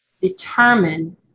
determine